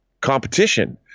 competition